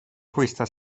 questa